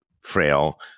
frail